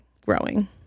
growing